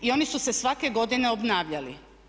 I oni su se svake godine obnavljali.